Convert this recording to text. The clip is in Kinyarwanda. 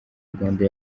rwanda